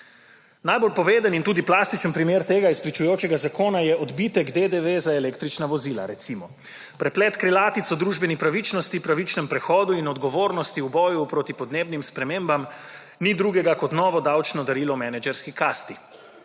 Najbolj povedanim tudi plastičen primer tega izpričujočega zakona je odbitek DDV za električna vozila, recimo. Preplet krilatico družbeni pravičnosti, pravičnem prehodu in odgovornosti v boju proti podnebnim spremembam ni drugega kot novo davčno darilo menedžerski kasti.